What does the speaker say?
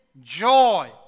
joy